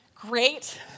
Great